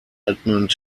edmund